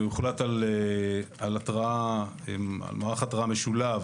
הוחלט על מערך התרעה משולב